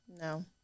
No